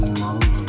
more